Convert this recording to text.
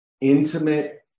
Intimate